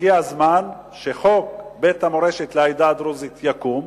הגיע הזמן שחוק בית המורשת לעדה הדרוזית יקום.